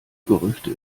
gerüchte